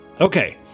okay